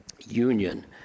union